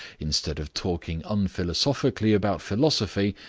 instead of talking unphilosophically about philosophy,